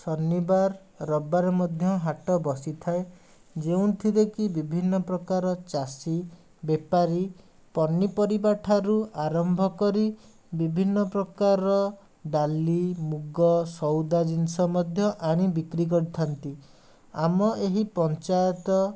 ଶନିବାର ରବିବାର ମଧ୍ୟ ହାଟ ବସିଥାଏ ଯେଉଁଥିରେ କି ବିଭିନ୍ନ ପ୍ରକାରର ଚାଷୀ ବେପାରୀ ପନିପରିବା ଠାରୁ ଆରମ୍ଭ କରି ବିଭିନ୍ନ ପ୍ରକାରର ଡାଲି ମୁଗ ସଉଦା ଜିନିଷ ମଧ୍ୟ ଆଣି ବିକ୍ରି କରିଥାନ୍ତି ଆମ ଏହି ପଞ୍ଚାୟତ